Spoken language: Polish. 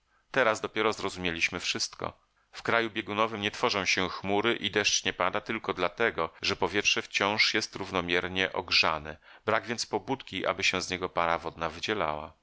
teraz dopiero zrozumieliśmy wszystko w kraju biegunowym nie tworzą się chmury i deszcz nie pada tylko dlatego że powietrze wciąż jest równomiernie ogrzane brak więc pobudki aby się z niego para wodna wydzielała